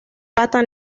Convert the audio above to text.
pata